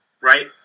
Right